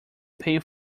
pay